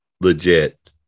legit